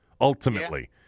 ultimately